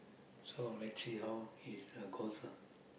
so let's see how he uh goes lah